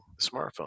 smartphone